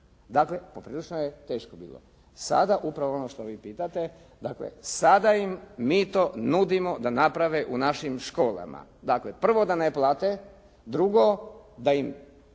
Dakle, poprilično je teško bilo. Sada, upravo ono što vi pitate, dakle sada im mi to nudimo da naprave u našim školama. Dakle, prvo da ne plate, drugo da im